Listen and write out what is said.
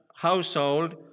household